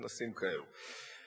כנסים כאלו.